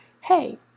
Hey